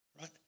Right